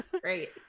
Great